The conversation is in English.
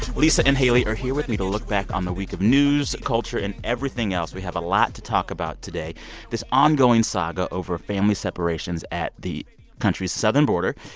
lissa and haley are here with me to look back on the week of news, culture and everything else. we have a lot to talk about today this ongoing saga over family separations at the country's southern border,